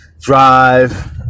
drive